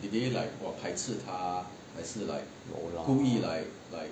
bo lah